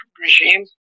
regime